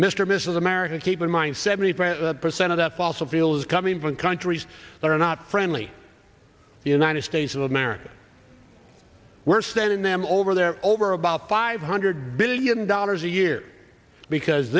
mr mrs america keep in mind seventy five percent of that fossil fuel is coming from countries that are not friendly the united states of america we're sending them over there over about five hundred billion dollars a year because